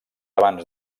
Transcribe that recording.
abans